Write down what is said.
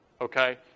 Okay